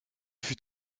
fut